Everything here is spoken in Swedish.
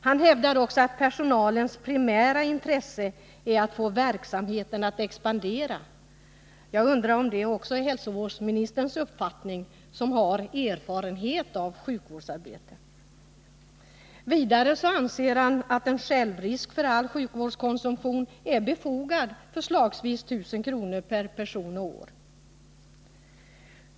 Han hävdar också att personalens primära intresse är att få verksamheten att expandera. Jag undrar också om detta är hälsovårdsministerns uppfattning. Hälsovårdsministern har dock erfarenhet av sjukvårdsarbete. Vidare anser han att en självrisk för all sjukvårdskonsumtion är befogad, förslagsvis 1000 kr. per person och år.